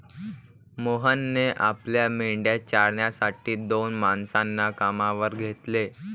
मोहनने आपल्या मेंढ्या चारण्यासाठी दोन माणसांना कामावर घेतले